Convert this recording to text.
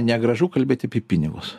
negražu kalbėt apie pinigus